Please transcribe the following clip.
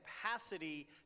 capacity